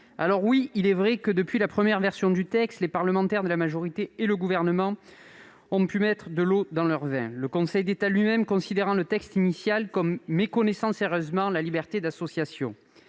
dissolution. Il est vrai que, depuis la première version du texte, les parlementaires de la majorité et le Gouvernement ont mis de l'eau dans leur vin, le Conseil d'État lui-même considérant le texte initial comme méconnaissant sérieusement la liberté d'association.